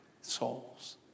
souls